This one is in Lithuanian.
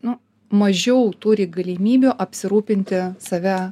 nu mažiau turi galimybių apsirūpinti save